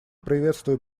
приветствую